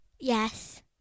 Yes